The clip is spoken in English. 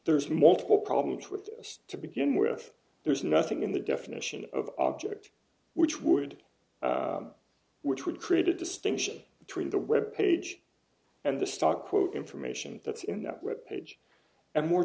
there's multiple problems with this to begin with there's nothing in the definition of object which would which would create a distinction between the web page and the stock quote information that's in that web page and more